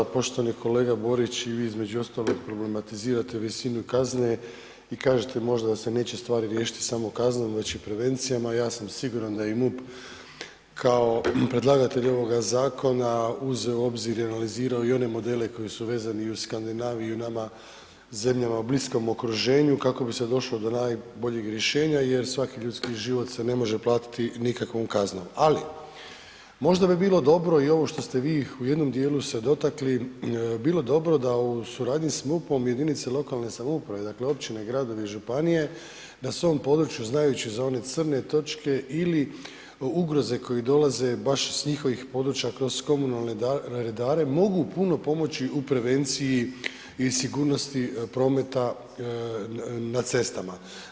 Poštovani kolega Borić i vi između ostaloga problematizirate visinu kazne i kažete možda da se neće stvari riješiti samo kaznom, već i prevencijama, ja sam siguran da i MUP kao predlagatelj ovoga zakona uzeo u obzir i analizirao i one modele koji su vezani i uz Skandinaviju i u nama zemljama u bliskom okruženju, kako bi se došlo do najboljeg rješenja jer svaki ljudski život se ne može platiti nikakvom kaznom, ali možda bi bilo dobro i ovo što ste vi u jednom dijelu se dotakli, bilo dobro da u suradnji s MUP-om jedinice lokalne samouprave, dakle, općine, gradovi i županije, na svom području znajući za one crne točke ili ugroze koji dolaze baš s njihovih područja kroz komunalne redare mogu puno pomoći u prevenciji i sigurnosti prometa na cestama.